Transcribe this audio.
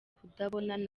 kubonana